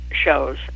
shows